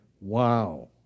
Wow